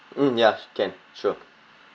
mm ya can sure